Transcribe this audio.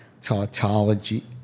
tautology